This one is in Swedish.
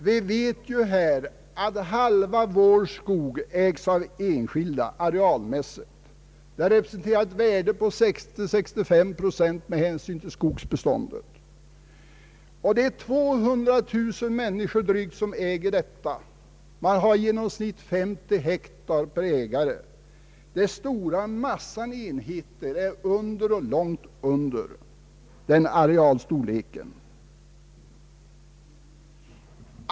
Vi vet att halva vårt skogsbestånd arealmässigt ägs av enskilda, representerande ett värde av 60—65 procent. Detta skogsbestånd ägs av drygt 200 000 människor, som i genomsnitt innehar 50 hektar. Den stora massan enheter ligger långt under denna arealstorlek.